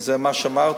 וזה מה שאמרתי,